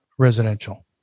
residential